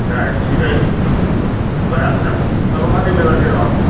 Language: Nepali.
गाडी छिट्टै भइहाल्छ तपाईँ कतिबेलातिर आउनु